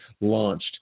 launched